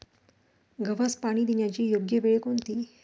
गव्हास पाणी देण्याची योग्य वेळ कोणती?